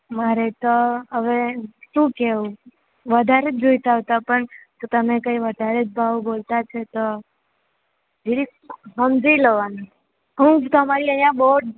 મારે તો હવે શું કેવું વધારે જ જોઈતાં હતાં પણ તમે કંઈ વધારે જ ભાવ બોલતા છો તો જરીક સમજી લેવાનું કોઈ તમારી અહિયાં બહુ જ